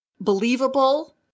believable